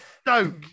Stoke